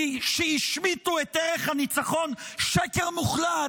שהשמיטו את ערך הניצחון, שקר מוחלט,